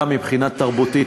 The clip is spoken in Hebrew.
גם מבחינה תרבותית,